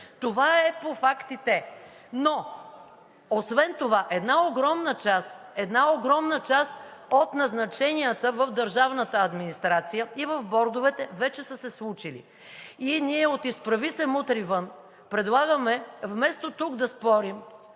Това е по фактите. Но освен това една огромна част от назначенията в държавната администрация и в бордовете вече са се случили и ние от „Изправи се! Мутри вън!“ предлагаме вместо тук да спорим